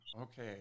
Okay